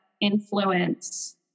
influence